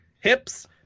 hips